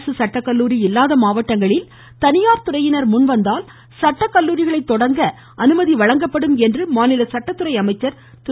அரசு சட்டக்கல்லூரி இல்லாத மாவட்டங்களில் தனியார் துறையினர் முன்வந்தால் சட்டக்கல்லூரிகளை தொடங்க முன்வந்தால் அனுமதி வழங்கப்படும் என்று மாநில சட்டத்துறை அமைச்சர் திரு